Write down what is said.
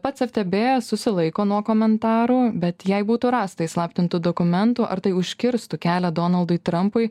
pats ftb susilaiko nuo komentarų bet jei būtų rasta įslaptintų dokumentų ar tai užkirstų kelią donaldui trampui